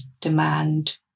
demand